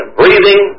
breathing